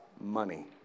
money